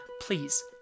Please